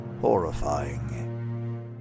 horrifying